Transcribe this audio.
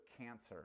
cancer